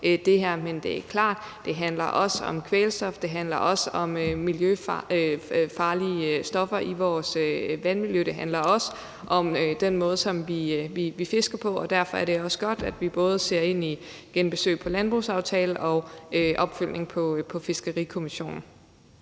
det handler om miljøfarlige stoffer i vores vandmiljø, og det handler om den måde, som vi fisker på. Derfor er det også godt, at vi både ser ind i at genbesøge landbrugsaftalen og opfølgning på Fiskerikommissionen.